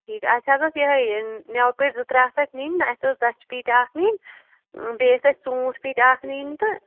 ٹھیٖک اسہِ حظ ٲسۍ یِہےَ میٚوٕ پیٹہِ زٕ ترٛےٚ ٲسۍ نِنۍ اسہِ ٲسۍ دَچھِ پیٖٹۍ اَکھ نِنۍ بیٚیہِ ٲسۍ اسہِ ژوٗنٛٹھۍ پیٖٹۍ اَکھ نِنۍ تہٕ